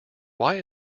why